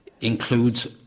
includes